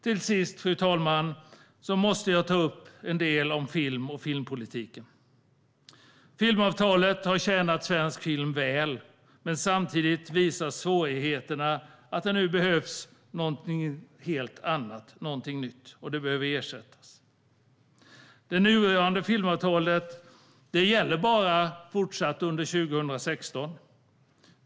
Till sist, fru talman, måste jag ta upp en del om film och filmpolitiken. Filmavtalet har tjänat svensk film väl, men samtidigt visar svårigheterna att det nu behövs någonting helt annat, någonting nytt. Det behöver ersättas. Det nuvarande filmavtalet gäller bara fortsatt under 2016.